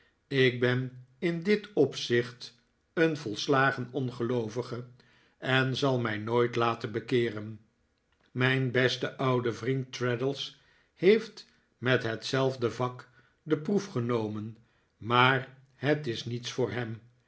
ik ben in dit opzicht een volslagen ohgeloovige en zal mij nooit laten bekeeren mijn beste oude vriend traddles heeft met hetzelfde vak de proef genomen maar het is niets voor hem